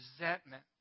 resentment